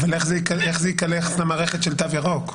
אז איך זה ייכנס למערכת של תו ירוק?